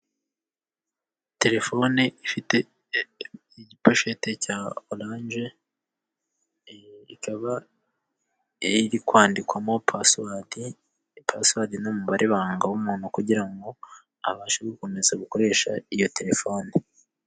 Telefone ifite igiposhete cya oranje, ikaba iri kwandikwamo pasiwadi, pasiwadi ni umubare w'ibanga w'umuntu, kugirango abashe gukomeza gukoresha iyo terefone.